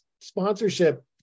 sponsorship